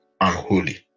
unholy